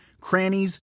crannies